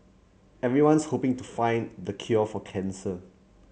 everyone's hoping to find the cure for cancer